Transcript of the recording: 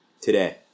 Today